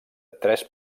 tres